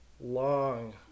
long